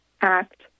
act